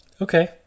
Okay